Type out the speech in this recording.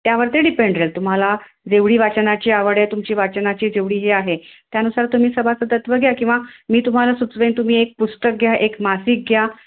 त्यावरती डिपेंड राहील तुम्हाला जेवढी वाचनाची आवड आहे तुमची वाचनाची जेवढी ही आहे त्यानुसार तुम्ही सभासदत्व घ्या किंवा मी तुम्हाला सुचवेन तुम्ही एक पुस्तक घ्या एक मासिक घ्या